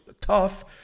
tough